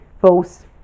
false